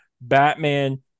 Batman